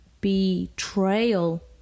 Betrayal